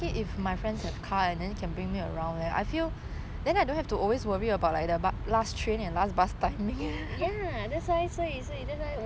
ya that's why 所以所以 that's why